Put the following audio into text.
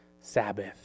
sabbath